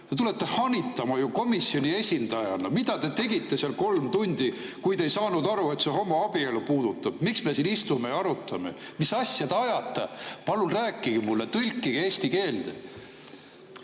Te tulete hanitama komisjoni esindajana! Mida te tegite seal kolm tundi, kui te ei saanud aru, et see homoabielu puudutab? Miks me siin istume ja arutame?! Mis asja te ajate?! Palun rääkige mulle, tõlkige eesti keelde!